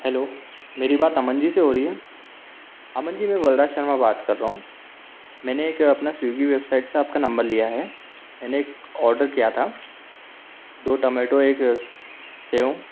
hello मेरी बात अमन जी से हो रही है अमन जी मैं बलराज शर्मा बात कर रहा हूँ मैंने एक अपना स्विगी वेबसाइट से आपका नंबर लिया है मैंने एक ऑडर किया था दो टोमैटो एक सेव